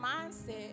mindset